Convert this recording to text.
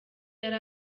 yari